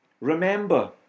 remember